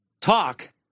talk